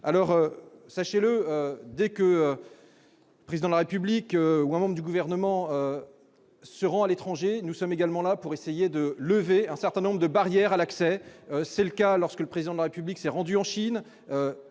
alors sachez-le dès que le président de la République ou un membre du gouvernement, se rend à l'étranger, nous sommes également là pour essayer de lever un certain nombre de barrières à l'accès, c'est le cas lorsque le président de la République s'est rendu en Chine